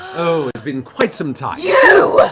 oh, it's been quite some time yeah